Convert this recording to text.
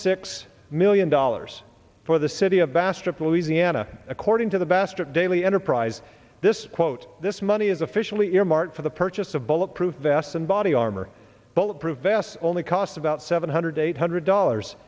six million dollars for the city of bastrop louisiana according to the bastard daily enterprise this quote this money is officially earmarked for the purchase of bulletproof vests and body armor bulletproof vests only cost about seven hundred eight hundred dollars